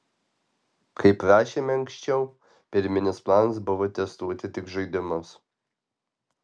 kaip rašėme anksčiau pirminis planas buvo testuoti tik žaidimus